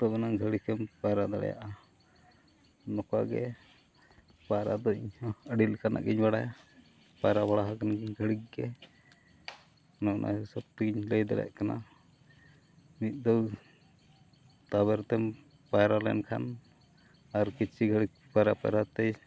ᱛᱚᱵᱮ ᱮᱱᱟᱝ ᱜᱷᱟᱹᱲᱤᱠᱮᱢ ᱯᱟᱭᱨᱟ ᱫᱟᱲᱮᱭᱟᱜᱼᱟ ᱱᱚᱝᱠᱟ ᱜᱮ ᱯᱟᱭᱨᱟ ᱫᱚ ᱤᱧ ᱦᱚᱸ ᱟᱹᱰᱤ ᱞᱮᱠᱟᱱᱟᱜ ᱜᱤᱧ ᱵᱟᱲᱟᱭᱟ ᱯᱟᱭᱨᱟ ᱵᱟᱲᱟ ᱟᱠᱟᱱᱟᱹᱧ ᱜᱷᱟᱹᱲᱤᱠ ᱜᱮ ᱚᱱᱮ ᱚᱱᱟ ᱦᱤᱥᱟᱹᱵ ᱛᱮᱜᱮᱧ ᱞᱟᱹᱭ ᱫᱟᱲᱮᱭᱟᱜ ᱠᱟᱱᱟ ᱢᱤᱫ ᱫᱚ ᱛᱟᱵᱮᱨ ᱛᱮᱢ ᱯᱟᱭᱨᱟ ᱞᱮᱱᱠᱷᱟᱱ ᱟᱨ ᱠᱤᱪᱷᱤ ᱜᱷᱟᱹᱲᱤᱠ ᱯᱟᱭᱨᱟ ᱯᱟᱭᱨᱟ ᱛᱮ